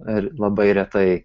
ir labai retai